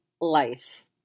life